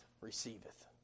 receiveth